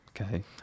Okay